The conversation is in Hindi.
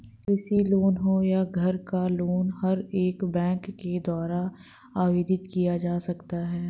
कृषि लोन हो या घर का लोन हर एक बैंक के द्वारा आवेदित किया जा सकता है